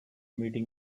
meeting